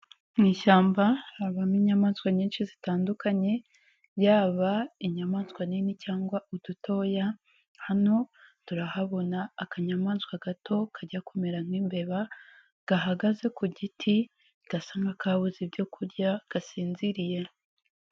Mu ishyamba habamo inyamaswa nyinshi zitandukanye yaba inyamaswa nini cyangwa udutoya, hano turahabona akanyamaswa gato kajya kumera nk'imbeba gahagaze ku giti gasa nk'akabuze ibyo kurya gasinziriye.